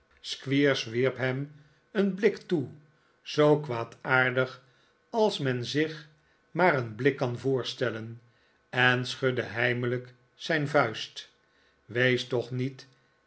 squeers wierp hem een blik toe zoo kwaadaardig als men zich maar een blik kan voorstellen en schudde heimelijk zijn vuist wees toch niet